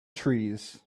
trees